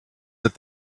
that